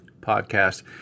podcast